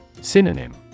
Synonym